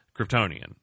Kryptonian